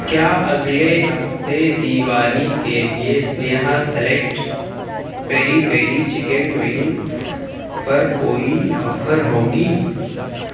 کیا اگلے ہفتے دیوالی کے لیے سنیہا select peri peri chicken wings پر کوئی آفر ہوگی